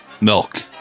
Milk